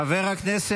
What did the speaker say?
די,